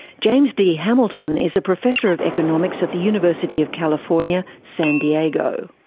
james d hamilton is a professor of economics at the university of california, san diego.